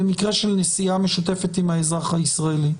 במקרה של נסיעה משותפת עם האזרח הישראלי.